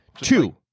Two